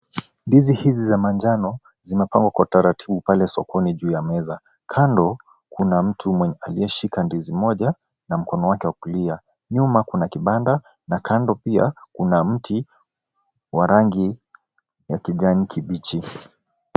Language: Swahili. Ndizi hizi za manjano zimepangwa kwa utaratibu pale sokoni juu ya meza. Kando kuna mtu aliyeshika ndizi moja na mkono wale wa kulia. Nyuma kuna kibanda na kando pia kuna mtu wa rangi ya kijani kibichi.